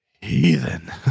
Heathen